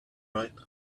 right